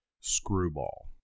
Screwball